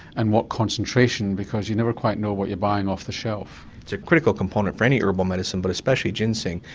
and what concentration, because you never quite know what you're buying off the shelf. it's a critical component for any herbal medicine, but especially ginseng.